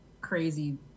crazy